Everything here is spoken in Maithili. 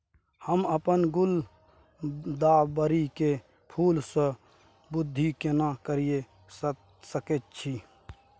हम अपन गुलदाबरी के फूल सो वृद्धि केना करिये सकेत छी?